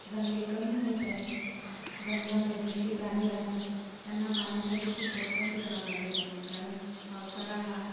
जंगले कमी होत आहे जंगलामध्ये जे प्राणी राहतात त्यांना पाण्यासाठी खूप भटकंती करावी लागत आहे कारण पावसाळा हा